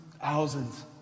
thousands